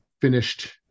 finished